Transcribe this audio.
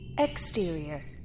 Exterior